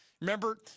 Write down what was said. Remember